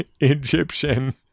Egyptian